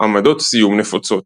עמדות סיום נפוצות.